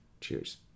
Cheers